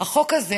החוק הזה